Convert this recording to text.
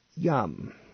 Yum